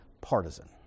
partisan